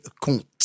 compte